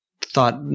thought